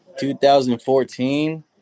2014